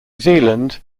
zealand